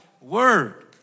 word